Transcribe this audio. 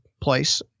place